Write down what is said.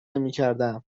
نمیکردم